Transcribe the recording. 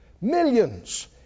Millions